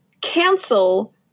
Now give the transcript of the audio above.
cancel